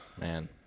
man